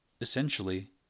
essentially